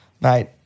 mate